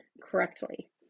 correctly